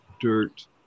dirt